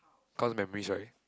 cause memories right